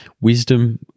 wisdom